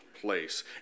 place